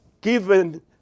given